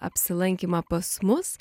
apsilankymą pas mus